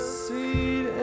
seed